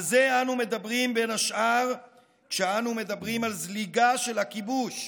על זה אנו מדברים בין השאר כשאנו מדברים על זליגה של הכיבוש: